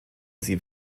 sie